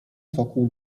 cokół